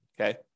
Okay